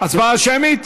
הצבעה שמית?